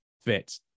fits